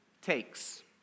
takes